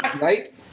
right